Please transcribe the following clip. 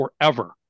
forever